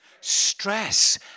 Stress